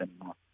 anymore